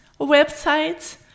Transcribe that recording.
websites